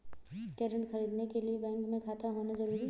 क्या ऋण ख़रीदने के लिए बैंक में खाता होना जरूरी है?